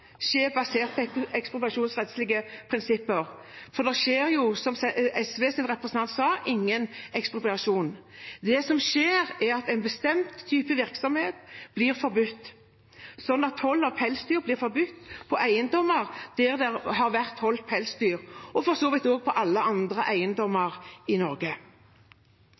skje basert på ekspropriasjonsrettslige prinsipper, for det skjer jo, som SVs representant sa, ingen ekspropriasjon. Det som skjer, er at en bestemt type virksomhet blir forbudt, slik at hold av pelsdyr blir forbudt på eiendommer der det har vært pelsdyrhold – og for så vidt også på alle andre eiendommer i Norge.